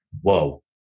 whoa